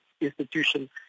institution